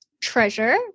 treasure